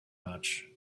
much